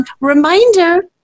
Reminder